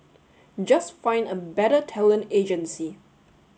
just find a better talent agency